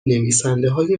نویسندههای